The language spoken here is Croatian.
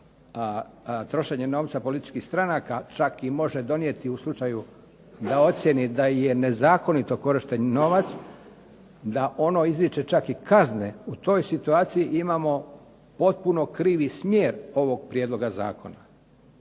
trošenje novca političkih stranaka čak i može donijeti u slučaju da ocijeni da je nezakonito korišten novac, da ono izriče čak i kazne. U toj situaciji imamo potpuno krivi smjer ovog prijedloga zakona